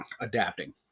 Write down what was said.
adapting